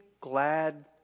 glad